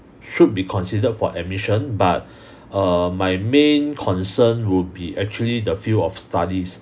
should be considered for admission but err my main concern would be actually the field of studies